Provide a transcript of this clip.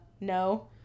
no